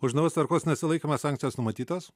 už naujos tvarkos nesilaikymą sankcijos numatytos